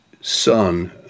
son